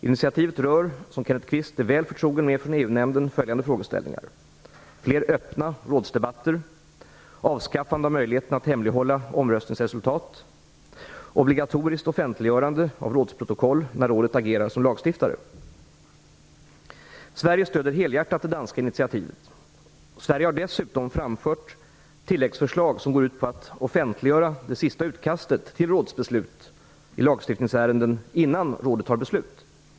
Initiativet rör, som Kenneth Kvist är väl förtrogen med från EU-nämnden, följande frågeställningar: Sverige stöder helhjärtat det danska initiativet. Sverige har dessutom framfört tilläggsförslag som går ut på att offentliggöra det sista utkastet till rådsbeslut i lagstiftningsärenden innan rådet tar beslut.